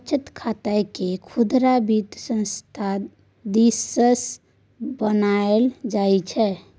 बचत खातकेँ खुदरा वित्तीय संस्थान दिससँ बनाओल जाइत छै